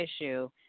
issue